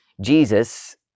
Jesus